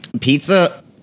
Pizza